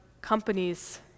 companies